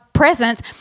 presence